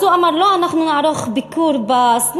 אז הוא אמר: לא, אנחנו נערוך ביקור בסניף.